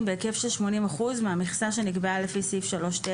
בהיקף של 80% מהמכסה שנקבעה לפי סעיף 3ט,